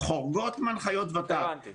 חורגים מהנחיות ות"ת.